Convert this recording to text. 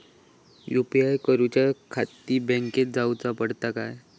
UPI करूच्याखाती बँकेत जाऊचा पडता काय?